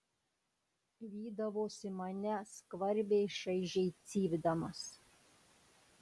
vydavosi mane skvarbiai šaižiai cypdamas